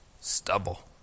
stubble